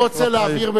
בצורה רבה,